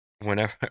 whenever